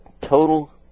total